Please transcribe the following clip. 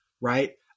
right